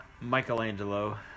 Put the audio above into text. Michelangelo